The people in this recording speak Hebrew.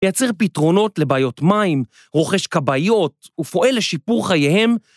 ‫מייצר פתרונות לבעיות מים, ‫רוכש כבאיות ופועל לשיפור חייהם.